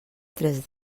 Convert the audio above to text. tres